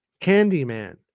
Candyman